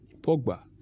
Pogba